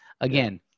Again